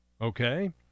okay